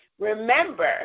remember